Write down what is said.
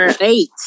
eight